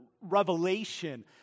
revelation